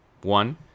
one